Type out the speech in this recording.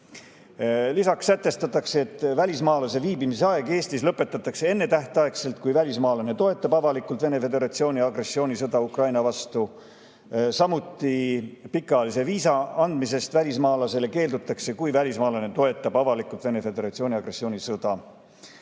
Lisaks sätestatakse, et välismaalase Eestis viibimise aeg lõpetatakse ennetähtaegselt, kui välismaalane toetab avalikult Venemaa Föderatsiooni agressioonisõda Ukraina vastu. Samuti keeldutakse pikaajalise viisa andmisest välismaalasele, kui välismaalane toetab avalikult Venemaa Föderatsiooni agressioonisõda.